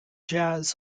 jazz